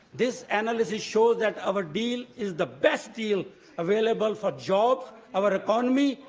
this analysis shows that our deal is the best deal available for jobs, our economy,